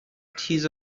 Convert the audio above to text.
تیز